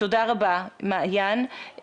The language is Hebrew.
תודה רבה, מעיין.